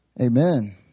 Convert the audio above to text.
Amen